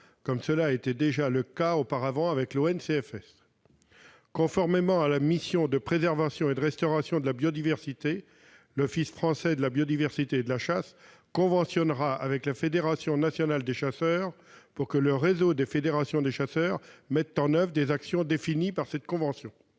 de la chasse et de la faune sauvage, l'ONCFS. Conformément à sa mission de préservation et de restauration de la biodiversité, l'office français de la biodiversité et de la chasse conventionnera avec la Fédération nationale des chasseurs pour que le réseau des fédérations des chasseurs mette en oeuvre des actions définies par cette convention.